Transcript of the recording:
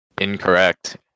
incorrect